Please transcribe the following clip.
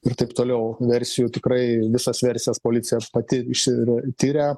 ir taip toliau versijų tikrai visas versijas policijoj aš pati išsi tiria